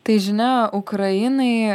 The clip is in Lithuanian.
tai žinia ukrainai